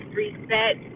reset